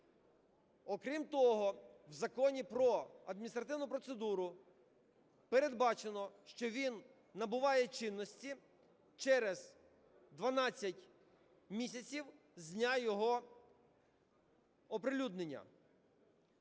Окрім того, в Законі "Про адміністративну процедуру" передбачено, що він набуває чинності через 12 місяців з дня його оприлюднення.